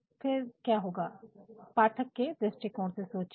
तो फिर क्या होगा पाठक के दृष्टिकोण से सोचिए